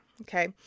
Okay